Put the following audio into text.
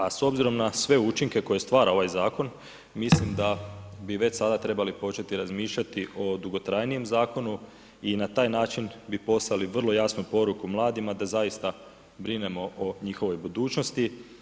A s obzirom na sve učinke koje stvara ovaj zakon, mislim da bi već sada trebali početi razmišljati o dugotrajnijem zakonu i na taj način bi poslali vrlo jasnu poruku mladima da zaista brinemo o njihovoj budućnosti.